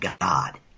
God